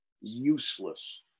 useless